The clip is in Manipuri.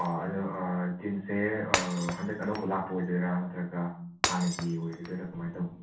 ꯑꯗꯣ ꯖꯤꯟꯁꯁꯦ ꯍꯟꯗꯛ ꯑꯅꯧꯕ ꯂꯥꯛꯄ ꯑꯣꯏꯗꯣꯏꯔꯥ ꯅꯇ꯭ꯔꯒ ꯍꯥꯟꯅꯒꯤ ꯑꯣꯏꯒꯗꯣꯏꯔꯥ ꯀꯃꯥꯏꯅ ꯇꯧꯕꯅꯣ